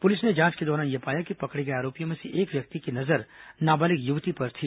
police ने जांच के दौरान यह पाया कि पकड़े गए आरोपियों में से एक व्यक्ति की नजर नाबालिग युवती पर थी